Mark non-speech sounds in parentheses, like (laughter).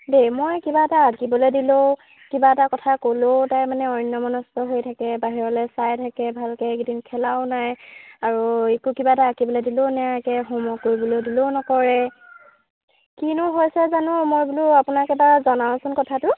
দেই মই কিবা এটা আকিবলৈ দিলেও কিবা এটা কথা ক'লেও তাই মানে অন্যমনস্ক হৈ থাকে বাহিৰলৈ চাই থাকে ভালকৈ এইকেইদিন খেলাও নাই আৰু (unintelligible) কিবা এটা আকিবলৈ দিলেও নেআকে হ'মৱৰ্ক কৰিবলৈ দিলেও নকৰে কিনো হৈছে জানো মই বোলো আপোনাক এবাৰ জনাওচোন কথাটো